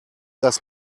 dass